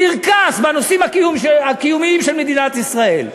קרקס בנושאים הקיומיים של מדינת ישראל.